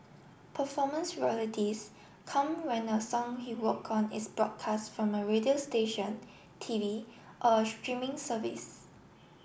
performance royalties come when a song he worked on is broadcast from a radio station T V or a streaming service